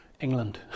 England